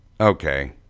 Okay